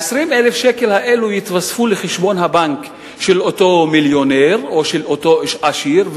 20,000 השקל האלו יתווספו לחשבון הבנק של אותו מיליונר או של אותו עשיר,